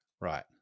Right